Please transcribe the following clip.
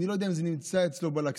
אני לא יודע אם זה נמצא אצלו בלקסיקון.